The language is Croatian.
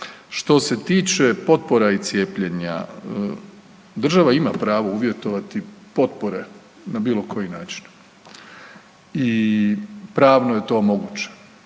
Što se tiče potpora i cijepljenja, država ima pravo uvjetovati potpore na bilo koji način i pravno je to moguće,